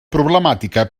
problemàtica